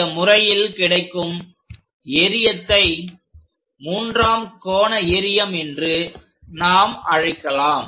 இந்த முறையில் கிடைக்கும் எறியத்தை மூன்றாம் கோண எறியம் என்று நாம் அழைக்கலாம்